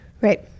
Right